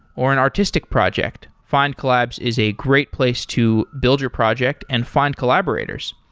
or an artistic project, findcollabs is a great place to build your project and find collaborators.